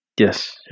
Yes